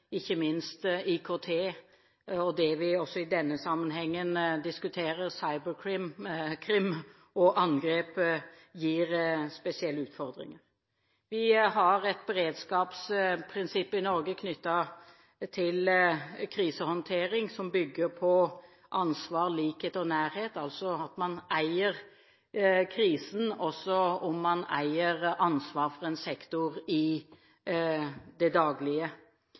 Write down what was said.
ikke minst IKT og det vi også i denne sammenhengen diskuterer, cyberkriminalitet og -angrep, gir spesielle utfordringer. Vi har et beredskapsprinsipp i Norge knyttet til krisehåndtering, som bygger på ansvar, likhet og nærhet; at man eier krisen også om man eier ansvaret for en sektor i det daglige.